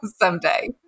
someday